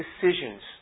decisions